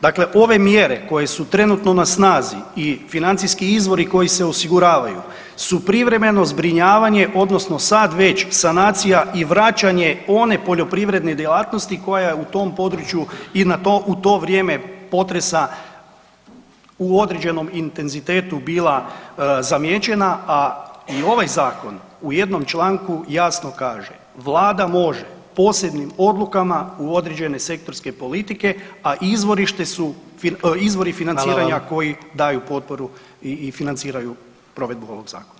Dakle, ove mjere koje su trenutno na snazi i financijski izvori koji se osiguravaju su privremeno zbrinjavanje odnosno sad već sanacija i vraćanje one poljoprivredne djelatnosti koja je u tom području i u to vrijeme potresa u određenom intenzitetu bila zamijećena, a i ovaj zakon u jednom članku jasno kaže vlada može posebnim odlukama u određene sektorske politike, a izvorište su izvori financiranja koji daju potporu i financiraju provedbu ovog zakona.